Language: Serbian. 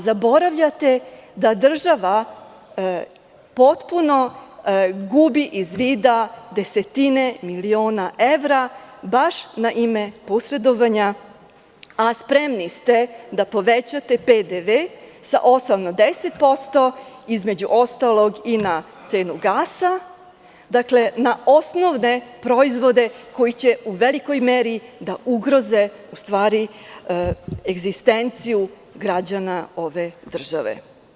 Zaboravljate da država potpuno gubi iz vida desetine miliona evra, baš na ime posredovanja, a spremni ste da povećate PDV sa 8% na 10%, između ostalog i na cenu gasa, na osnovne proizvode koji će u velikoj meri da ugroze egzistenciju građana ove države.